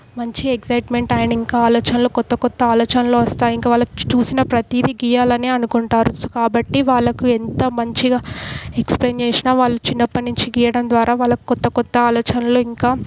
మంచి excitement and ఇంకా ఆలోచనలు క్రొత్త క్రొత్త ఆలోచనలు వస్తాయి ఇంకా వాళ్ళు చూసిన ప్రతీది గీయాలనే అనుకుంటారు కాబట్టి వాళ్ళకు ఎంత మంచిగా ఎక్స్ప్లెయిన్ చేసినా వాళ్ళు చిన్నప్పటి నుంచి గీయటం ద్వారా వాళ్ళకి క్రొత్త క్రొత్త ఆలోచనలు ఇంకా